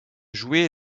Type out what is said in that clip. joué